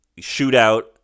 shootout